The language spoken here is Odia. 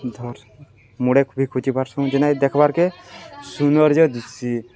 ଧ ମୁଡ଼େ ବି ଖୁଜିି ପାରସୁଁ ଯୋଇ ଦେଖ୍ବାର୍କେ ସୌନ୍ଦର୍ଯ୍ୟ ଦିଶି